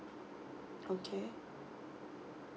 okay